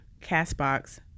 Castbox